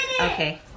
okay